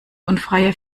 unfreie